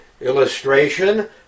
illustration